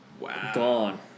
Gone